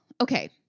Okay